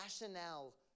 rationale